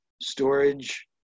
storage